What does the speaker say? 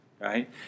right